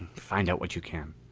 find out what you can.